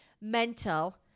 mental